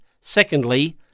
secondly